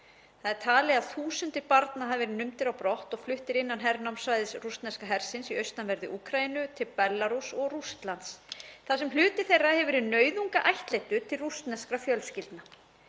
Það er talið að þúsundir barna hafa verið numdar á brott og fluttar innan hernámssvæðis rússneska hersins í austanverðri Úkraínu til Belarúss og Rússlands þar sem hluti þeirra hefur verið nauðungarættleiddur til rússneskra fjölskyldna.